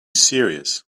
serious